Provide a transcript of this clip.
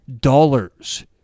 dollars